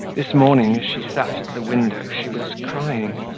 this morning as she sat at the window she was crying.